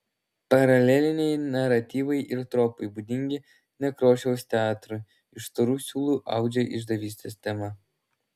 paraleliniai naratyvai ir tropai būdingi nekrošiaus teatrui iš storų siūlų audžia išdavystės temą